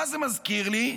מה זה מזכיר לי?